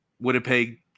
Winnipeg